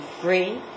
free